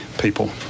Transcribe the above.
people